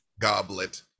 goblet